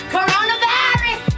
Coronavirus